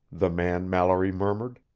the man mallory murmured,